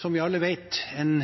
som vi alle vet, en